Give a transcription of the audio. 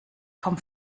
kaum